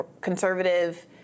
conservative